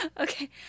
Okay